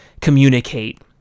communicate